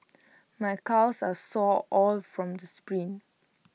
my calves are sore all from the sprints